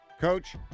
Coach